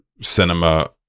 cinema